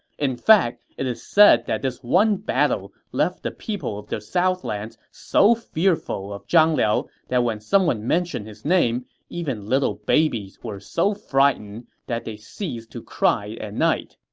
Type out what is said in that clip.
in fact, it is said that this one battle left the people of the southlands so fearful of zhang liao that when someone mentioned his name, even little babies were so frightened that they ceased to cry at night.